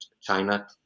China